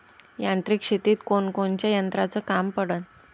यांत्रिक शेतीत कोनकोनच्या यंत्राचं काम पडन?